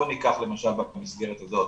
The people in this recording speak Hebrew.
בוא ניקח למשל את המסגרת הזאת,